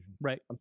Right